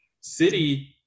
city